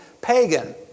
pagan